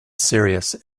serious